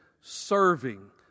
serving